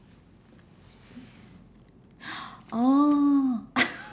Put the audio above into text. orh